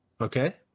Okay